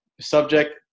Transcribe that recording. Subject